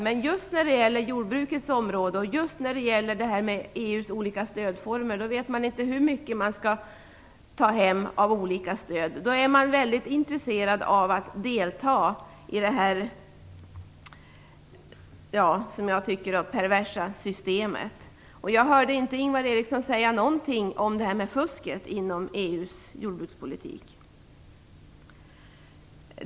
Men just när det gäller jordbrukets område och EU:s olika stödformer vet man inte hur mycket man skall ta hem av olika stöd. Då är man väldigt intresserad av att delta i detta system, som jag tycker är perverst. Jag hörde inte att Ingvar Eriksson sade någonting om fusket inom EU:s jordbrukspolitik.